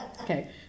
Okay